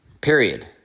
Period